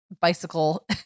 bicycle